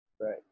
right